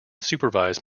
supervise